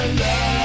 love